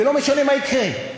ולא משנה מה יקרה.